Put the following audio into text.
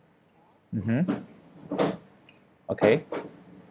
mmhmm okay